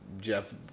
Jeff